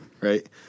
right